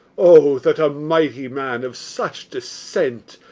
o, that a mighty man of such descent,